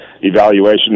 evaluation